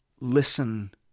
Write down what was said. listen